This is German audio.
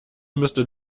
müsste